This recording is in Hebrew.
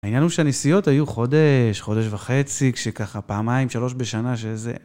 העניין הוא שהנסיעות היו חודש, חודש וחצי, כשככה פעמיים, שלוש בשנה, שזה...